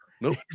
Nope